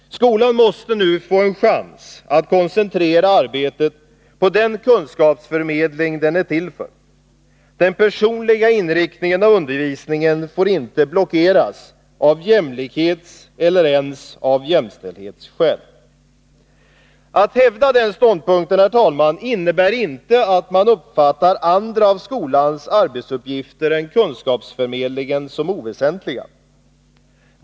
Skolan måste få en chans att koncentrera arbetet på den kunskapsförmed väsendet gemensamma frågor väsendet gemensamma frågor ling den är till för. Den personliga inriktningen av undervisningen får inte blockeras av jämlikhetseller ens jämställdhetsskäl. Att hävda denna ståndpunkt, herr talman, innebär inte att man uppfattar andra av skolans arbetsuppgifter än kunskapsförmedlingen som oväsentliga.